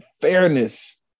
fairness